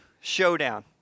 showdown